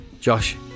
Josh